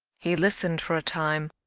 he listened for a time.